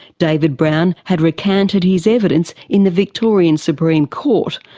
david brown had recanted his evidence in the victorian supreme court.